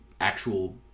actual